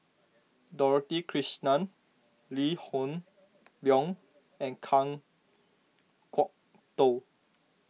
Dorothy Krishnan Lee Hoon Leong and Kan Kwok Toh